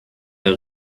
der